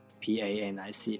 panic